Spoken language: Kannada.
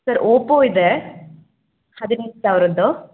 ಸರ್ ಓಪೋ ಇದೆ ಹದಿನೆಂಟು ಸಾವಿರದ್ದು